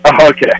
Okay